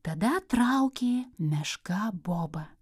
tada traukė meška boba